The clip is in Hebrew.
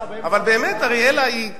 אבל באמת, אראלה היא שלנו,